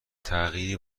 تغییری